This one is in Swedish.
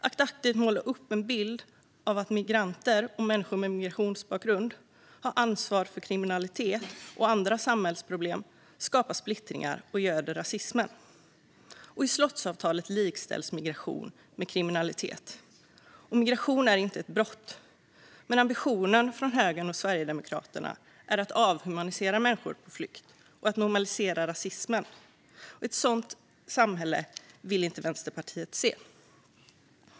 Att aktivt måla upp en bild av att migranter och människor med migrationsbakgrund bär ansvar för kriminalitet och andra samhällsproblem skapar splittring och göder rasismen. I slottsavtalet likställs migration med kriminalitet. Migration är inte ett brott, men ambitionen från högern och Sverigedemokraterna är att avhumanisera människor på flykt och att normalisera rasismen. Ett sådant samhälle vill inte Vänsterpartiet se.